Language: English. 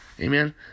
Amen